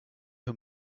who